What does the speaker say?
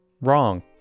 wrong